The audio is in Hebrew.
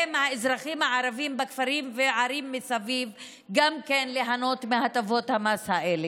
מהאזרחים הערבים בכפרים ובערים מסביב גם כן ליהנות מהטבות המס האלה.